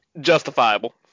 justifiable